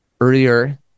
earlier